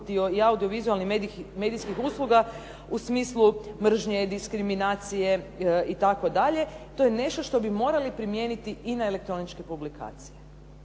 i audio-vizualnim medijskih usluga u smislu mržnje, diskriminacije itd. To je nešto što bi morali primijeniti i na elektroničke publikacije.